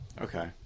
Okay